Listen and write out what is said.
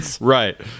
Right